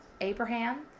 Abraham